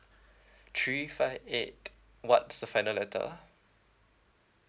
three five eight what's the final letter